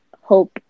hope